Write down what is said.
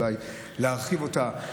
אולי להרחיב אותה.